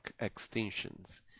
extinctions